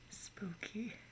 Spooky